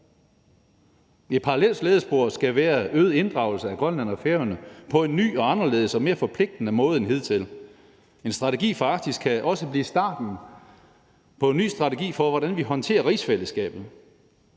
Et parallelt slædespor skal være øget inddragelse af Grønland og Færøerne på en ny og anderledes og mere forpligtende måde end hidtil. En strategi for Arktis kan også blive starten på en ny strategi for, hvordan vi håndterer rigsfællesskabet.